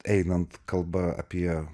einant kalba apie